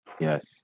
Yes